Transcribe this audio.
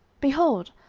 behold,